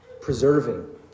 Preserving